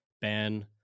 ban